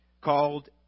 called